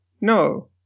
No